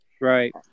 Right